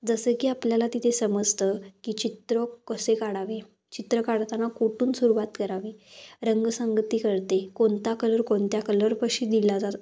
जसं की आपल्याला तिथे समजतं की चित्र कसे काढावे चित्र काढताना कुठून सुरुवात करावे रंगसंगती कळते कोणता कलर कोणत्या कलरपाशी दिला जातो